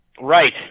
Right